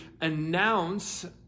announce